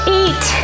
eat